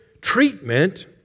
treatment